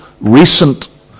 recent